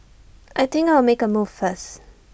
I think I'll make A move first